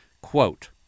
Quote